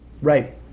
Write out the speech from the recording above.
Right